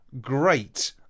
Great